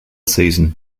season